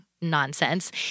nonsense